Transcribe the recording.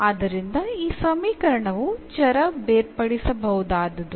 ಆದ್ದರಿಂದ ಈ ಸಮೀಕರಣವು ಚರ ಬೇರ್ಪಡಿಸಬಹುದಾದದು